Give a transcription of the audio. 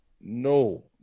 No